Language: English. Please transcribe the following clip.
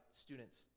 students